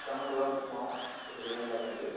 দহটামান বজাত যাম আৰু গোটেইকেইজন লগ লাগি